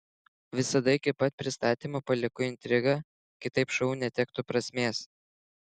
visada iki pat pristatymo palieku intrigą kitaip šou netektų prasmės